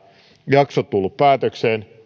jakso on tullut päätökseen